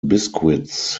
biscuits